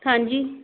ਹਾਂਜੀ